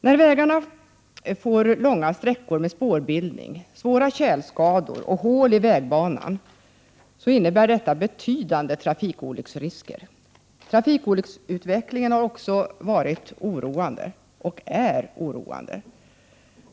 När vägarna på långa sträckor får spårbildning, svåra tjälskador och hål i vägbanan m.m., innebär detta en betydande risk för trafikolyckor. Utvecklingen när det gäller trafikolyckor har varit oroande — och är oroande.